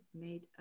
made